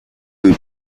with